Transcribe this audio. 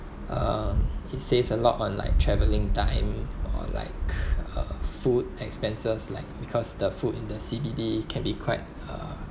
uh it saves a lot on like travelling dining or like a food expenses like because the food in the C_B_D can be quite uh